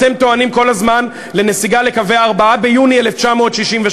אתם טוענים כל הזמן לנסיגה לקווי 4 ביוני 1967,